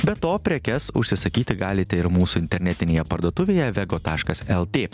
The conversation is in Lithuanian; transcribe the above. be to prekes užsisakyti galite ir mūsų internetinėje parduotuvėje vego taškas lt